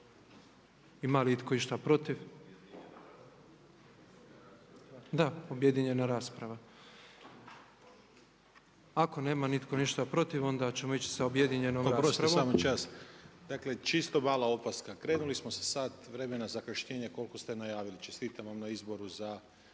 …/Upadica se ne čuje./… Da, objedinjena rasprava. Ako nema nitko ništa protiv onda ćemo ići sa objedinjenom raspravom. **Lacković, Željko (Nezavisni)** Oprostite, samo čas. Dakle, čisto mala opaska, krenuli smo sa sat vremena zakašnjenja koliko ste najavili. Čestitam vam na izboru za